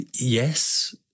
Yes